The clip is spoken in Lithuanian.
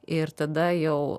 ir tada jau